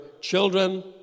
children